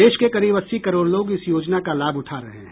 देश के करीब अस्सी करोड़ लोग इस योजना का लाभ उठा रहे हैं